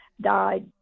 died